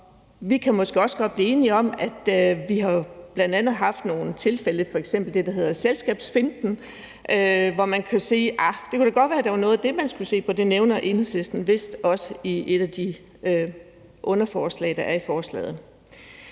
Vi kan måske også godt blive enige om, at vi jo bl.a. har haft nogle tilfælde, f.eks. det, der hedder selskabsfinten, hvor man kan sige: Ah, det kunne da godt være, at det var noget af det, man skulle se på. Det nævner Enhedslisten vist også i et af de underforslag, der er i forslaget.